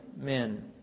men